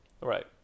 Right